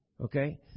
Okay